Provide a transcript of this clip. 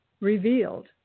revealed